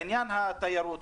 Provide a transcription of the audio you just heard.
בעניין התיירות,